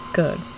good